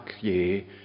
ye